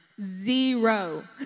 Zero